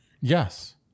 Yes